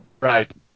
Right